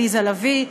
עליזה לביא,